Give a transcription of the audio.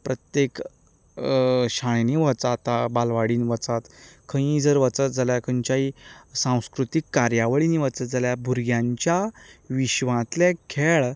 प्रत्येक शाळेनी वचात आतां बालवाडीन वचात खंयय जर वचत जाल्यार खंयच्याय सांस्कृतीक कार्यावळींनी वचत जाल्यार भुरग्यांच्या विश्वांतले खेळ